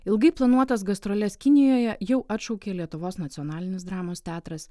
ilgai planuotas gastroles kinijoje jau atšaukė lietuvos nacionalinis dramos teatras